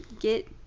get